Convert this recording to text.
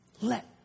Let